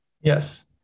Yes